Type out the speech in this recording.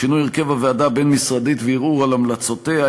שינוי הרכב הוועדה הבין-משרדית וערעור על המלצותיה),